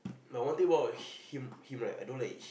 no one thing about him him right I don't like